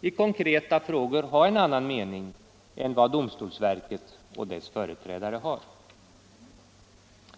—-i konkreta frågor ha en annan mening än vad företrädare för domstolsverket har.